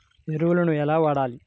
ఎరువులను ఎలా వాడాలి?